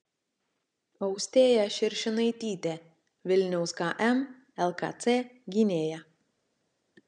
austėja širšinaitytė vilniaus km lkc gynėja